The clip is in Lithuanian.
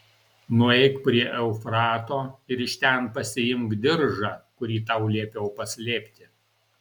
nueik prie eufrato ir iš ten pasiimk diržą kurį tau liepiau paslėpti